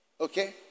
Okay